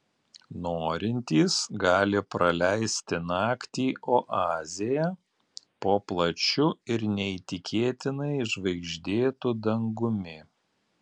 norintys gali praleisti naktį oazėje po plačiu ir neįtikėtinai žvaigždėtu dangumi